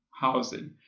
housing